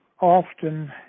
often